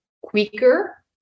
quicker